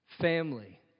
Family